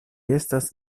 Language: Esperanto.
estas